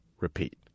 Repeat